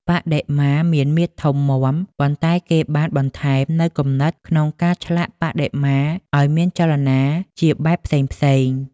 បដិមាមានមាឌធំមាំ ប៉ុន្តែគេបានបន្ថែមនូវគំនិតក្នុងការឆ្លាក់បដិមាឱ្យមានចលនាជាបែបផ្សេងៗ។